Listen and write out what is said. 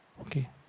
Okay